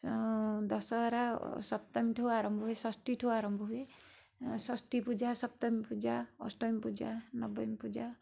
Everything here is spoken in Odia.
ଦଶହରା ସପ୍ତମୀ ଠାରୁ ଆରମ୍ଭ ହୋଇ ଷଷ୍ଠୀ ଠାରୁ ଆରମ୍ଭ ହୁଏ ଷଷ୍ଠୀ ପୂଜା ସପ୍ତମୀ ପୂଜା ଅଷ୍ଟମୀ ପୂଜା ନବମୀ ପୂଜା